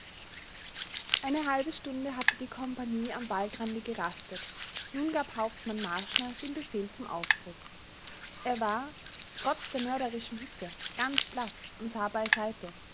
eine halbe stunde hatte die kompagnie am waldrande gerastet nun gab hauptmann marschner den befehl zum aufbruch er war trotz der mörderischen hitze ganz blaß und sah beiseite